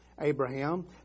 Abraham